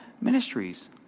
ministries